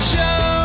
Show